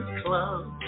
club